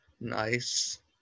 Nice